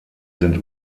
sind